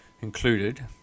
included